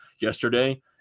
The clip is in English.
Yesterday